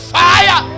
fire